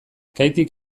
kaitik